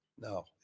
no